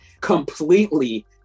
completely